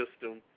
system